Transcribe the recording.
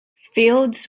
fields